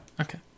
Okay